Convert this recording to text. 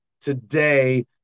today